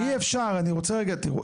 אי אפשר, אני רוצה רגע, תראו.